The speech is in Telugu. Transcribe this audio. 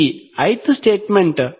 ఈ ith స్టేట్మెంట్